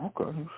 Okay